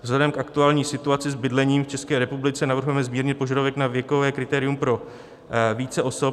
Vzhledem k aktuální situaci s bydlením v České republice navrhujeme zmírnit požadavek na věkové kritérium pro více osob.